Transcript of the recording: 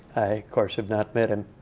course have not met him.